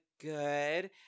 good